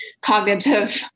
cognitive